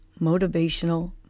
motivational